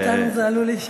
"אתנו" זה עלול להישמע